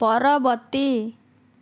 ପରବର୍ତ୍ତୀ